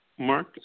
Mark